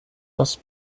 was